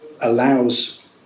allows